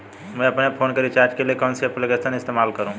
मैं अपने फोन के रिचार्ज के लिए कौन सी एप्लिकेशन इस्तेमाल करूँ?